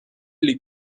les